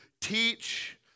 teach